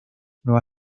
nueva